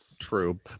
true